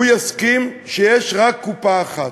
אבל הוא יסכים שיש רק קופה אחת,